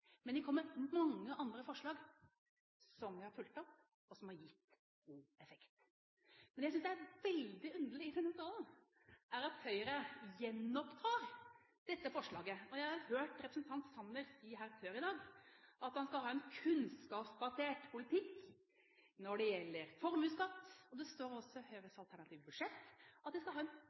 Men den kommer med mange andre forslag som vi har fulgt opp, og som har gitt god effekt. Men det jeg synes er veldig underlig, er at Høyre i denne salen gjenopptar dette forslaget. Jeg hørte representanten Sanner si her før i dag at han skal ha en kunnskapsbasert politikk når det gjelder formuesskatt. Det står også i Høyres alternative budsjett at de skal ha en